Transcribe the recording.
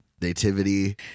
Nativity